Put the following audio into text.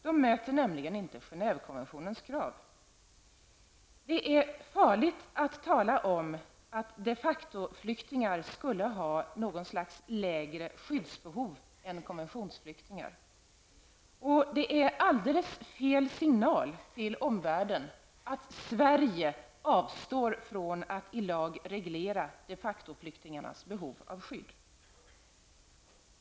De möter nämligen inte Det är farligt att tala om att de facto-flyktingar skulle ha något slags lägre skyddsbehov än konventionsflyktingar. Det ger alldeles fel signaler till omvärlden att Sverige avstår från att i lag reglera de facto-flyktingarnas behov av skydd.